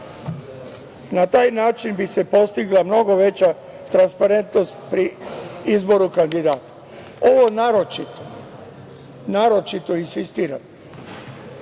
Na taj način bi se postigla mnogo veća transparentnost pri izboru kandidata. Ovo naročito insistiram